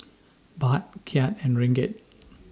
Baht Kyat and Ringgit